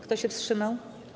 Kto się wstrzymał?